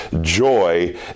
Joy